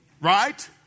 right